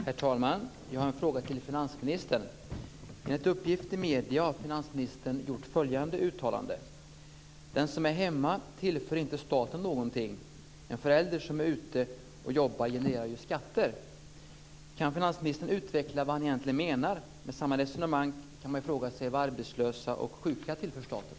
Herr talman! Jag har en fråga till finansministern. Enligt uppgift i medierna har finansministern gjort följande uttalande: Den som är hemma tillför inte staten någonting. En förälder som är ute och jobbar genererar ju skatter. Kan finansministern utveckla vad han egentligen menar? Med samma resonemang kan man fråga sig vad arbetslösa och sjuka tillför staten.